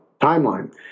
timeline